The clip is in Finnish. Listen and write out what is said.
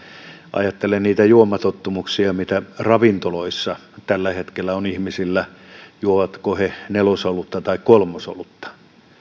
ajattelen niitä juomatottumuksia mitä ravintoloissa tällä hetkellä on ihmisillä sen suhteen juovatko he nelosolutta vai kolmosolutta